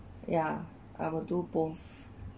ya I will do both